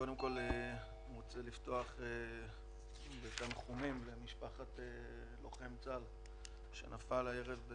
קודם כל אני רוצה לפתוח בתנחומים למשפחת לוחם צה"ל שנפל הלילה